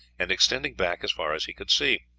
and extending back as far as he could see.